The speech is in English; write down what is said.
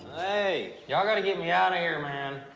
hey, y'all gotta get me outta here, man.